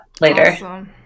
later